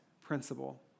principle